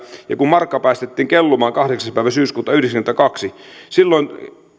ja kun markka päästettiin kellumaan kahdeksas päivä syyskuuta yhdeksänkymmentäkaksi silloin